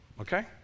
Okay